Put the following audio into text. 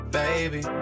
baby